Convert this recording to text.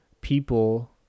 People